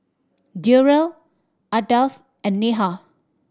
Durrell Ardath and Neha